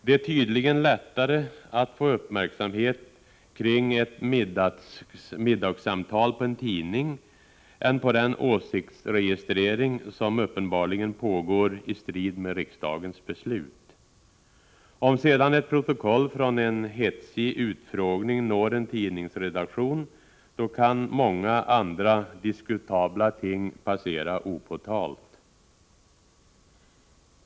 Det är tydligen lättare att få uppmärksamhet kring ett middagssamtal på en tidning än på den åsiktsregistrering som uppenbarligen pågår i strid mot riksdagens beslut. Om sedan ett protokoll från en hetsig utfrågning når en tidningsredaktion, då kan många andra diskutabla ting passera opåtalt.